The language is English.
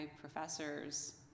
professors